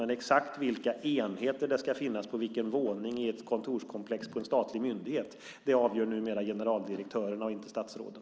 Men exakt vilka enheter det ska finnas på vilken våning i ett kontorskomplex på en statlig myndighet avgör numera generaldirektörerna och inte statsråden.